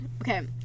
okay